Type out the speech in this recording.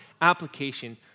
application